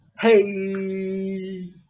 Hey